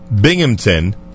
Binghamton